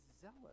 zealous